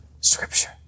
Scripture